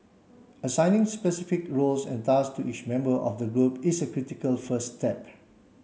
assigning specific roles and task to each member of the group is a critical first step